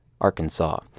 Arkansas